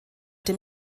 dem